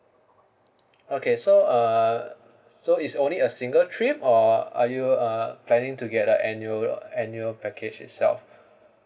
okay so uh so it's only a single trip or are you uh planning to get a annual annual package itself